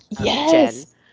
yes